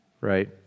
right